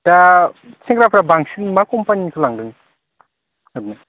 दा सेंग्राफ्रा बांसिन मा कम्पानिनिखौ लांदों